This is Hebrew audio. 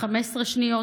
15 שניות,